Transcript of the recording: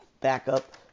backup